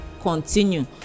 continue